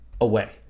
away